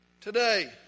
Today